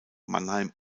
mannheim